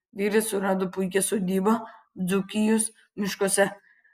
vyras surado puikią sodybą dzūkijos miškuose